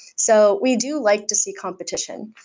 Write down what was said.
so we do like to see competition.